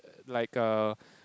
like err